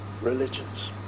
religions